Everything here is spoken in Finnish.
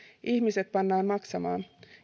asiakkaat pannaan maksamaan